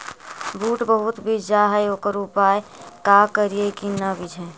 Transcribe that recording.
बुट बहुत बिजझ जा हे ओकर का उपाय करियै कि न बिजझे?